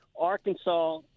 Arkansas